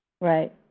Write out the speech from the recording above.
Right